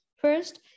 First